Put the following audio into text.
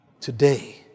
Today